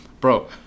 Bro